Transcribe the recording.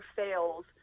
fails